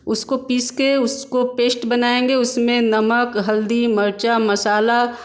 उसको पीसके उसको पेष्ट बनाएँगे उसमें नमक हल्दी मर्चा मसाला